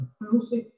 inclusive